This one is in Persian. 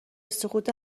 سقوط